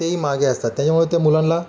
तेही मागे असतात त्याच्यामुळे त्या मुलांना